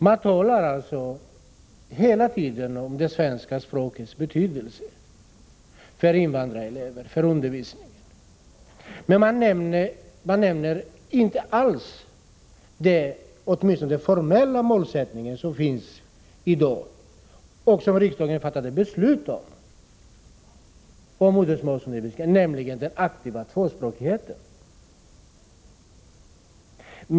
Man talar hela tiden om det svenska språkets betydelse för invandrareleverna, för undervisningen. Men man nämner inte alls den åtminstone formella målsättning som finns i dag och som riksdagen har fattat beslut om, nämligen den aktiva tvåspråkigheten.